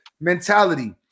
mentality